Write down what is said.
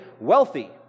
wealthy